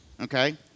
Okay